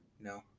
No